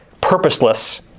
purposeless